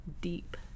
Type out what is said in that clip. deep